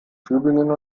tübingen